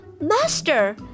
Master